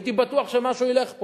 הייתי בטוח שמשהו ילך.